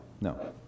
No